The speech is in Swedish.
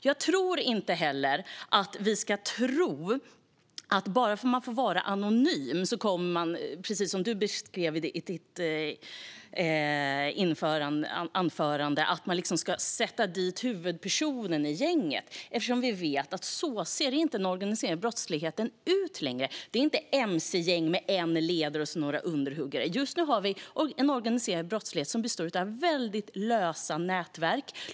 Jag tror inte heller att vi ska tro att bara för att vittnen får vara anonyma kommer vi att sätta dit huvudpersonen i gänget så som du beskrev i ditt anförande, Louise Meijer. Vi vet att den organiserade brottsligheten inte längre ser ut så. Det är inte mc-gäng med en ledare och några underhuggare. Just nu har vi en organiserad brottslighet som består av väldigt lösa nätverk.